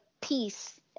peace